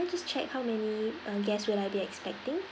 just check how many uh guests will I be expecting